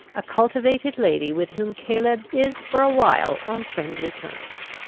a cultivated lady with whom caleb is for a while on friendly terms.